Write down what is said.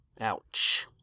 Ouch